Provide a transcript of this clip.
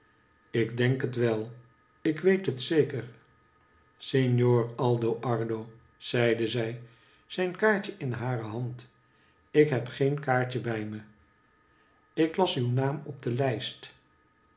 ik denk het wel ik weet het zeker signor aldo ardo zeide zij zijn kaartje in hare hand ik heb geen kaartje bij me ik las uw naam op de lijst